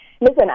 Listen